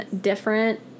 different